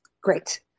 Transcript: Great